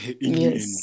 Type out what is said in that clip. Yes